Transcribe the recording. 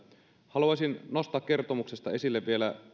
haluaisin nostaa kertomuksesta esille vielä